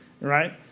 right